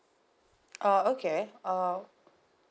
oh okay oh